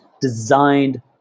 designed